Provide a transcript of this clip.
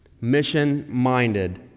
Mission-Minded